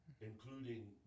including